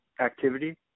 activity